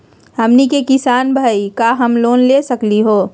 हमनी के किसान भईल, का हम लोन ले सकली हो?